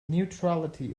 neutrality